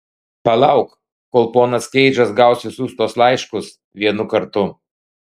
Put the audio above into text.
palauk kol ponas keidžas gaus visus tuos laiškus vienu kartu